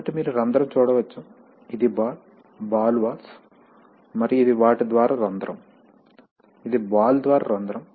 కాబట్టి మీరు రంధ్రం చూడవచ్చు ఇది బాల్ బాల్ వాల్వ్స్ మరియు ఇది వాటి ద్వారా రంధ్రం ఇది బాల్ ద్వారా రంధ్రం